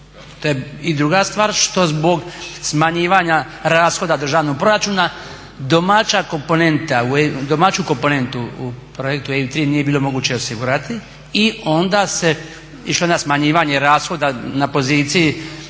I druga stvar, što zbog smanjivanja rashoda državnog proračuna domaća komponenta, domaću komponentu u projektu EIB 3 nije bilo moguće osigurati i onda se išlo na smanjivanje rashoda na poziciji